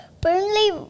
Burnley